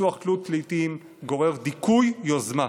ופיתוח תלות לעיתים גורר דיכוי יוזמה.